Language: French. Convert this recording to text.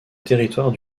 territoire